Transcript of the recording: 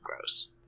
gross